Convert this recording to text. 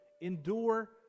Endure